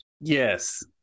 Yes